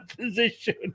position